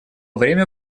время